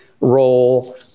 role